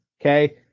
Okay